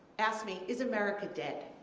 asked me, is america dead?